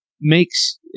makes